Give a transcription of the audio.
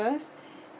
workers